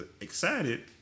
excited